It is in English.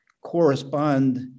correspond